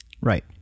Right